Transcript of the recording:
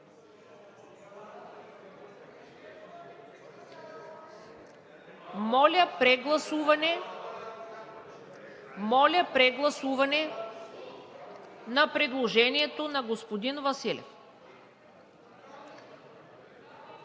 Моля, прегласуване по предложението на господин Василев.